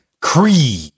Creed